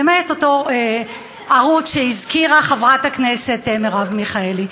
למעט אותו ערוץ שהזכירה חברת הכנסת מרב מיכאלי.